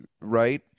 right